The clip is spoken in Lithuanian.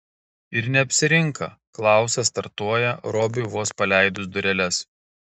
ir neapsirinka klausas startuoja robiui vos paleidus dureles